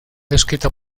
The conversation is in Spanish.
descrita